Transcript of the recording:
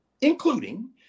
including